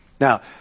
Now